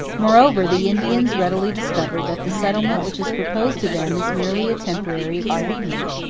moreover, the indians readily discover that the settlement which is proposed to them is merely a temporary expedient.